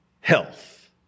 health